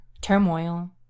turmoil